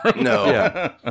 No